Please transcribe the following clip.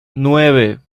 nueve